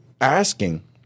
asking